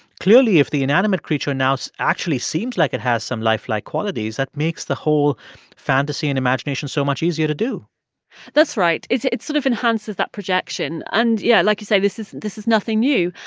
clearly, if the inanimate creature now so actually seems like it has some lifelike qualities, that makes the whole fantasy and imagination so much easier to do that's right. right. it sort of enhances that projection. and, yeah, like you say, this is this is nothing new.